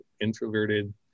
introverted